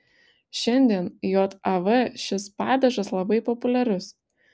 šiandien jav šis padažas labai populiarius